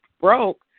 broke